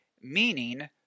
meaning